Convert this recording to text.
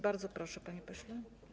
Bardzo proszę, panie pośle.